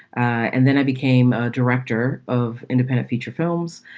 and then i became a director of independent feature films.